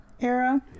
Era